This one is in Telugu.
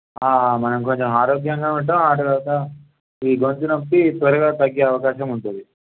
మనం కొంచెం ఆరోగ్యంగా ఉంటాము ఆ తరువాత ఈ గొంతు నొప్పి త్వరగా తగ్గే అవకాశం ఉంటుంది